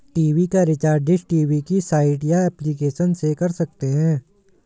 TV का recharge dish TV की site या एप्लीकेशन से कर सकते है